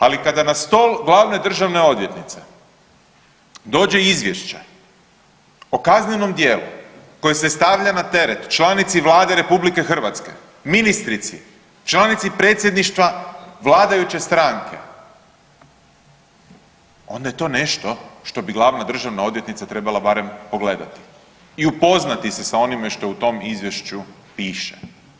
Ali kada na stol glavne državne odvjetnice dođe izvješće o kaznenom djelu koje se stavlja na teret članici Vlade RH, ministrici, članici predsjedništva vladajuće stranke onda je to nešto što bi glavna državna odvjetnica trebala barem pogledati i upoznati se s onime što u tom izvješću piše.